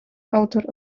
autor